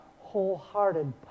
wholehearted